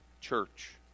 church